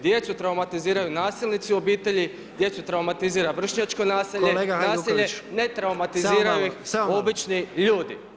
Djecu traumatiziraju nasilnici i u obitelji, djecu traumatizira vršnjačko nasilje [[Upadica predsjednik: Kolega Hajduković, samo malo, samo malo.]] ne traumatiziraju ih obični ljudi.